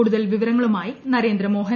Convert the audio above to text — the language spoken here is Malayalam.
കൂടുതൽ വിവരങ്ങളുമായി നരേന്ദ്രമോഹൻ